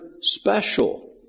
special